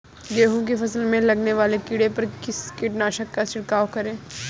गेहूँ की फसल में लगने वाले कीड़े पर किस कीटनाशक का छिड़काव करें?